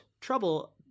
trouble